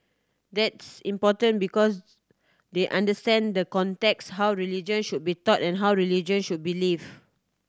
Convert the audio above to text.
that's important because they understand the context how religion should be taught and how religion should be lived